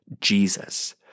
Jesus